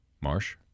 Marsh